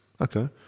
okay